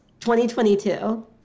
2022